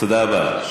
תודה רבה.